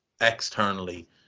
externally